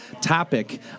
topic